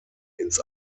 ins